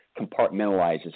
compartmentalizes